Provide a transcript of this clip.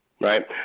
right